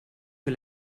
für